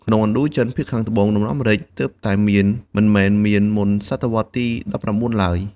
ក្នុងឥណ្ឌូចិនភាគខាងត្បូង ដំណាំម្រេចទើបតែមាន មិនមែនមានមុនសតវត្សទី១៩ឡើយ។